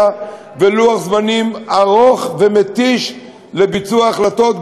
ולוח זמנים ארוך ומתיש לביצוע החלטות,